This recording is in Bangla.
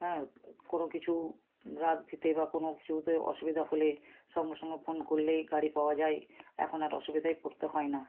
হ্যাঁ কোনও কিছু রাত বিরেতে বা কোনও কিছু হতে অসুবিধা হলে সঙ্গে সঙ্গে ফোন করলেই গাড়ি পাওয়া যায় এখন আর অসুবিধেয় পড়তে হয় না